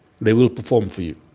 they will perform for you.